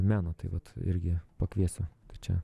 meną tai vat irgi pakviesiu čia